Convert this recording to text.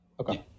okay